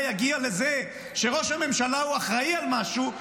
יגיע לזה שראש הממשלה הוא אחראי על משהו,